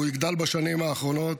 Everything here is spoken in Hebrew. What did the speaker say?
והוא יגדל בשנים הקרובות.